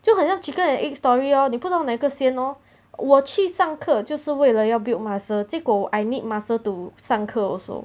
就好像 chicken and egg story oh 你不懂哪一个先 lor 我去上课就是为了要 build muscle 结果 I need muscle to 上课 also